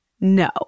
No